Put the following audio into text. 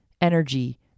energy